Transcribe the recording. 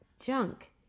junk